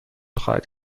خواهد